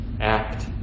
act